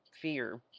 fear